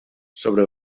sobre